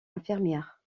infirmière